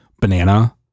banana